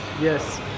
Yes